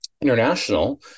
international